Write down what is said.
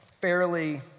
fairly